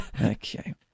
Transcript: Okay